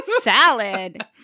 Salad